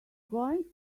going